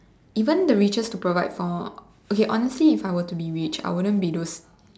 even the riches to provide for okay honestly if I were to be rich I wouldn't be those